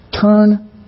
Turn